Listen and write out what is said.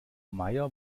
meier